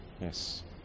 Yes